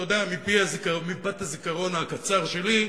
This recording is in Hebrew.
אתה יודע, מפאת הזיכרון הקצר שלי,